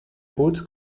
haute